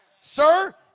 sir